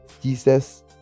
Jesus